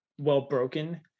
well-broken